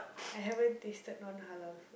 I haven't tasted non halal food